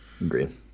Agreed